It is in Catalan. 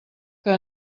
que